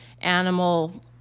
animal